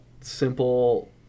simple